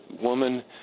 woman